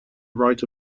write